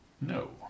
No